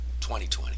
2020